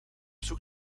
zoek